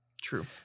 True